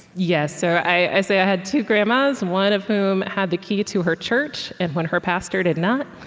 yeah so i say i had two grandmas, one of whom had the key to her church, and one her pastor did not,